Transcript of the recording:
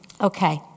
Okay